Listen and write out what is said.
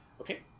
Okay